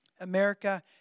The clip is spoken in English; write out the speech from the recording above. America